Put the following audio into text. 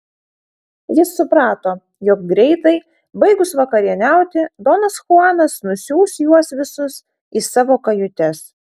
jis suprato jog greitai baigus vakarieniauti donas chuanas nusiųs juos visus į savo kajutes